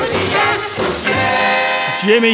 Jimmy